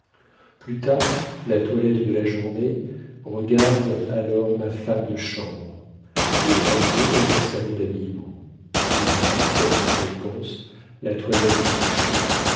plus tard la toilette de la journée regarde alors ma femme de chambre et a lieu dans un salon d'habillement il y a comme tu le penses la toilette du coucher